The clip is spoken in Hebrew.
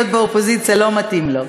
להיות באופוזיציה לא מתאים לו.